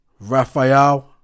Raphael